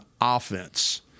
offense